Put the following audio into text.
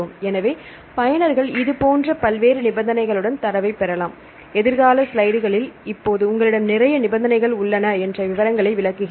எனவே பயனர்கள் இதுபோன்ற பல்வேறு நிபந்தனைகளுடன் தரவைப் பெறலாம் எதிர்கால ஸ்லைடுகளில் இப்போது உங்களிடம் நிறைய நிபந்தனைகள் உள்ளன என்ற விவரங்களை விளக்குகிறேன்